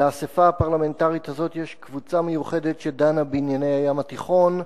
לאספה הפרלמנטרית הזאת יש קבוצה מיוחדת שדנה בענייני הים התיכון,